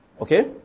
Okay